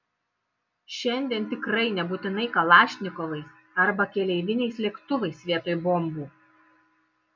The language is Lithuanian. šiandien tikrai nebūtinai kalašnikovais arba keleiviniais lėktuvais vietoj bombų